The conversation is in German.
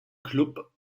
club